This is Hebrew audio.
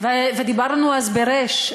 ודיברנו אז ברי"ש.